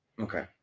okay